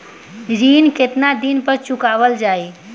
ऋण केतना दिन पर चुकवाल जाइ?